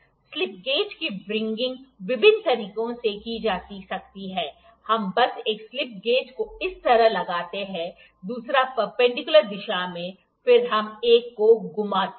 slip gauge की wringing विभिन्न तरीकों से की जा सकती है हम बस एक स्लिप गेज को इस तरह लगाते हैं दूसरा परपेंडिकुलर दिशा में फिर हम एक को घुमाते हैं